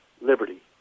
liberty